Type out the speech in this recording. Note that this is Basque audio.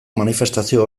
manifestazio